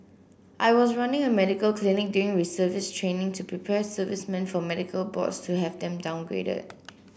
I was running a medical clinic during reservist training to prepare servicemen for medical boards to have them downgraded